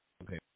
Okay